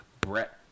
brett